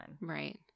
Right